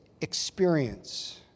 experience